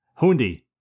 Hundi